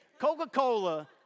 Coca-Cola